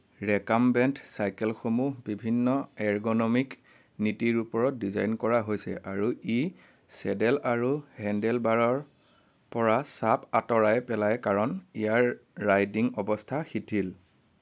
recumbent চাইকেলসমূহ বিভিন্ন ergonomic নীতিৰ ওপৰত ডিজাইন কৰা হৈছে আৰু ই চেডেল আৰু হেণ্ডেলবাৰৰ পৰা চাপ আঁতৰাই পেলায় কাৰণ ইয়াৰ ৰাইডিং অৱস্থা শিথিল